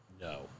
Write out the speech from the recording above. No